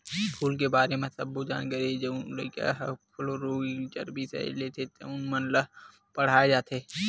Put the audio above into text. फूल के बारे म सब्बो जानकारी जउन लइका ह फ्लोरिकलचर बिसय लेथे तउन मन ल पड़हाय जाथे